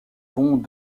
vont